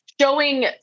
Showing